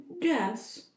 Yes